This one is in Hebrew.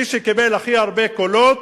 מי שקיבל הכי הרבה קולות,